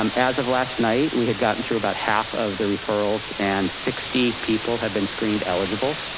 um as of last night, we had gotten through about half of the referrals, and sixty people have been screened eligible,